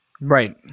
right